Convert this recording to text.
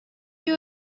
you